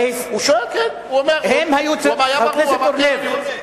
כולל מי שנשפט בבית-משפט בישראל?